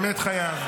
באמת חייב.